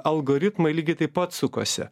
algoritmai lygiai taip pat sukosi